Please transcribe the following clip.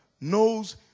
knows